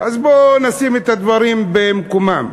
אז בואו נשים את הדברים במקומם.